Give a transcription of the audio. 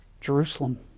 Jerusalem